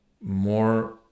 more